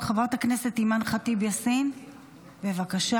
חברת הכנסת אימאן ח'טיב יאסין, בבקשה.